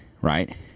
right